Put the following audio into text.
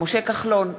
משה כחלון,